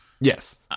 Yes